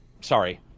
Sorry